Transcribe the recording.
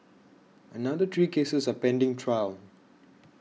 another three cases are pending trial